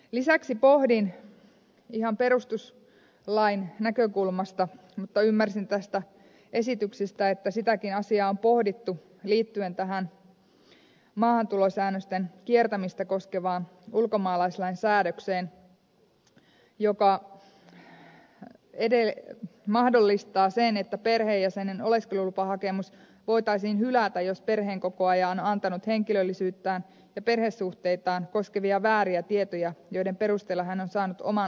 lisäksi pohdin ihan perustuslain näkökulmasta toista kysymystä mutta ymmärsin tästä esityksestä että sitäkin asiaa on pohdittu ja se liittyy tähän maahantulosäännösten kiertämistä koskevaan ulkomaalaislain säädökseen joka mahdollistaa sen että perheenjäsenen oleskelulupahakemus voitaisiin hylätä jos perheenkokoaja on antanut henkilöllisyyttään ja perhesuhteitaan koskevia vääriä tietoja joiden perusteella hän on saanut oman oleskelulupansa suomeen